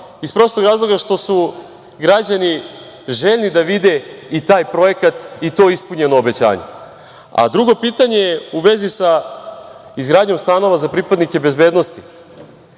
Iz prostog razloga što su građani željni da vide i taj projekat i to ispunjeno obećanje. Drugo pitanje je u vezi sa izgradnjom stanova za pripadnike bezbednosti.